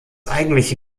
eigentliche